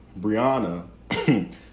Brianna